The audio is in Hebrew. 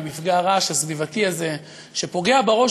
למפגע הרעש הסביבתי הזה שפוגע בראש